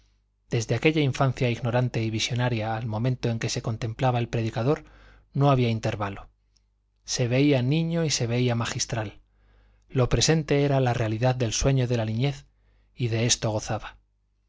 desde aquella infancia ignorante y visionaria al momento en que se contemplaba el predicador no había intervalo se veía niño y se veía magistral lo presente era la realidad del sueño de la niñez y de esto gozaba